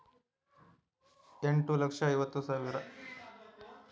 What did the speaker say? Power track ಟ್ರ್ಯಾಕ್ಟರನ ಸಂದಾಯ ಧನ ಎಷ್ಟ್ ರಿ?